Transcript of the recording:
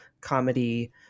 comedy